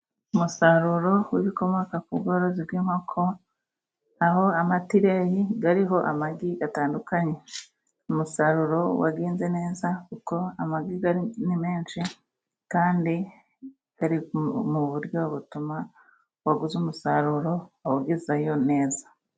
Umusaruro w'ibikomoka ku bworozi bw'inkoko, aho amatireyi ariho amagi atandukanye. Umusaruro wagenze neza kuko amagi ni menshi, kandi ari mu buryo butuma uwaguze umusaruro awugezayo neza.